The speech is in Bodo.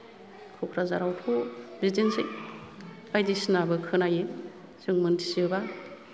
कक्राझारयावथ' बिदिनोसै बायदिसिनाबो खोनायो जों मोन्थि जोबा